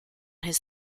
his